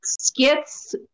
skits